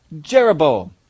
Jeroboam